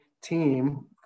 team